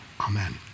Amen